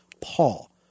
Paul